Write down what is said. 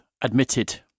admitted